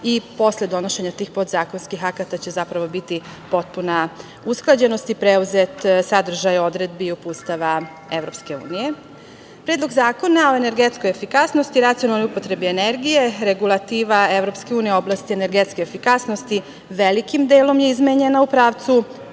Posle donošenja tih podzakonskih akata će zapravo biti potpuna usklađenost i preuzete sadržaj odredbi i uputstava EU.Predlog zakona o energetskoj efikasnosti, racionalnoj upotrebi energije, regulativa EU u oblasti energetske efikasnosti velikim delom je izmenjena u pravcu